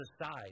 aside